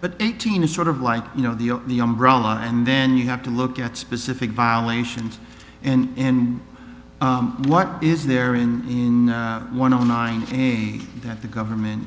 but eighteen is sort of like you know the umbrella and then you have to look at specific violations in what is there in one online that the government